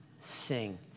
Sing